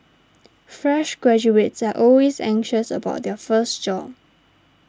fresh graduates are always anxious about their first job